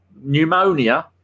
pneumonia